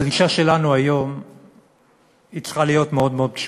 הדרישה שלנו היום היא צריכה להיות מאוד מאוד פשוטה.